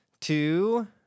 two